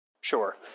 Sure